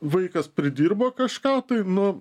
vaikas pridirbo kažką tai nu